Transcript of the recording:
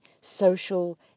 social